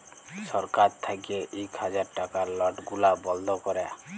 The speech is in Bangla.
ছরকার থ্যাইকে ইক হাজার টাকার লট গুলা বল্ধ ক্যরে